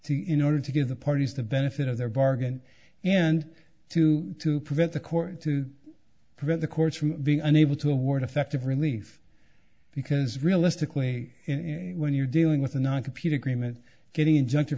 in order to give the parties the benefit of their bargain and to to prevent the court to prevent the courts from being unable to award effective relief because realistically when you're dealing with a non computer agreement getting